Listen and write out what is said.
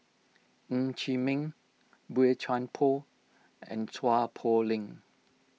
Ng Chee Meng Boey Chuan Poh and Chua Poh Leng